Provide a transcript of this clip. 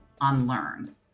unlearn